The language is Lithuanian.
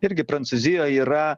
irgi prancūzijoj yra